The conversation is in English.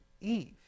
Eve